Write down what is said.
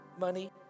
money